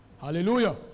Hallelujah